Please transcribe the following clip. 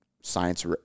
science